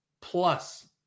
plus